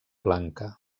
blanca